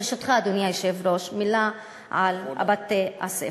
ברשותך, אדוני היושב-ראש, מילה על בתי-הספר,